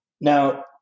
Now